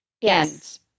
Yes